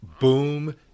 boom